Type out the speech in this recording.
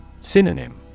Synonym